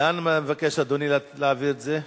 לאן מבקש אדוני להעביר את זה?